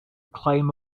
climb